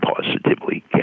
positively